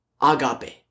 agape